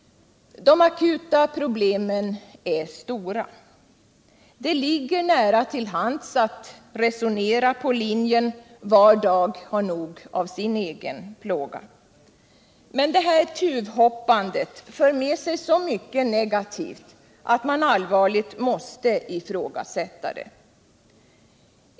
De akuta problemen är stora. Det ligger nära till hands att resonera på linjen — var dag har nog av sin egen plåga. Men det här tuvhoppandet för med sig så mycket negativt, att man allvarligt måste ifrågasätta det.